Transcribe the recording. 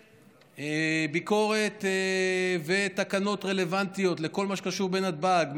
ביקורת ותקנות רלוונטיות לכל מה שקשור בנתב"ג,